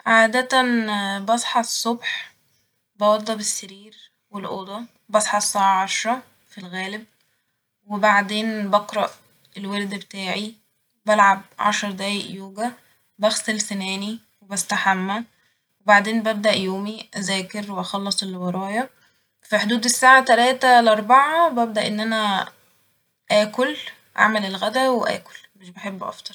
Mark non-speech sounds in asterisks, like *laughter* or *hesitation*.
عادة *hesitation* بصحى الصبح بوضب السرير والأوضة ، بصحى الساعة عشرة في الغالب ، وبعدين بقرأ الورد بتاعي ، بلعب عشر دقايق يوجا ، بغسل سناني ، وبستحمى وبعدين ببدأ يومي أزاكر وأخلص اللي ورايا في حدود الساعة تلاتة لأربعة ببدأ إن أنا آكل ، أعمل الغدا وآكل ، مش بحب أفطر